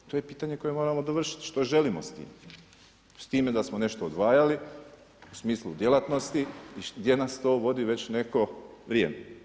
To je pitanje koje moramo dovršiti što želimo s time, s time da smo nešto odvajali u smislu djelatnosti i gdje nas to vodi već neko vrijeme.